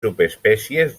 subespècies